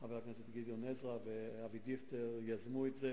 חברי הכנסת גדעון עזרא ואבי דיכטר יזמו את זה,